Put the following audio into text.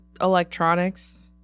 electronics